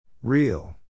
Real